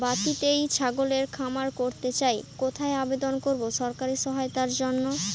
বাতিতেই ছাগলের খামার করতে চাই কোথায় আবেদন করব সরকারি সহায়তার জন্য?